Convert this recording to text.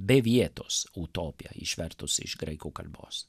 be vietos utopija išvertus iš graikų kalbos